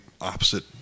opposite